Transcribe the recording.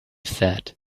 said